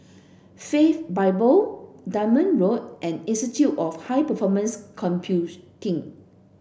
Faith Bible Dunman Road and Institute of High Performance Computing